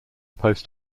post